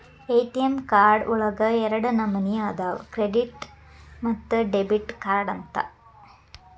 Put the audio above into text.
ATM card ಒಳಗ ಎರಡ ನಮನಿ ಅದಾವ ಕ್ರೆಡಿಟ್ ಮತ್ತ ಡೆಬಿಟ್ ಕಾರ್ಡ್ ಅಂತ